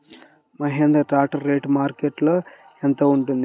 Mahindra tractor rate మార్కెట్లో యెంత ఉంటుంది?